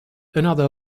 another